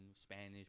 Spanish